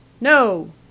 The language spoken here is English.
no